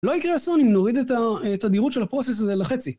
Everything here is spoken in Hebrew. לא יקרה אסון אם נוריד את התדירות של הפרוסס הזה לחצי